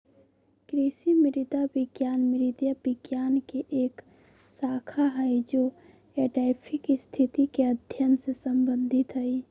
कृषि मृदा विज्ञान मृदा विज्ञान के एक शाखा हई जो एडैफिक स्थिति के अध्ययन से संबंधित हई